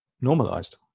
normalized